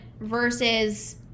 versus